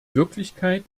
wirklichkeit